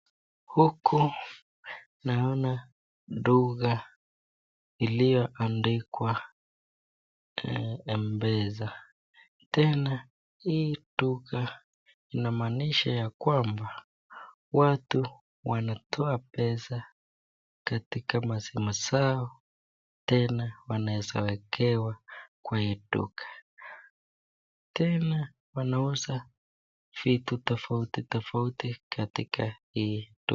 Huku naona duka iliyoandikwa Embezzah . Tena hii duka inamaanisha ya kwamba watu wanatoa pesa katika masaa na wanaweza wekewa kwa hii duka. Tena wanauza vitu tofauti tofauti katika hii duka.